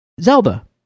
zelda